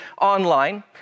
online